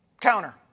counter